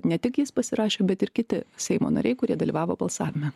ne tik jis pasirašė bet ir kiti seimo nariai kurie dalyvavo balsavime